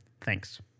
Thanks